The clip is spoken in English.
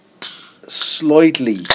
slightly